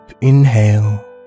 inhale